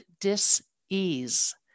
dis-ease